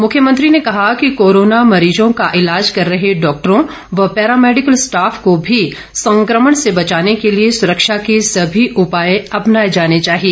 मुख्यमंत्री ने कहा कि कोरोना मरीजों का ईलाज कर रहे डॉक्टरों व पैरामैडिकल स्टॉफ को भी संक्रमण से बचाने के लिए सुरक्षा के सभी उपाए अपनाए जाने चाहिए